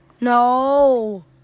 no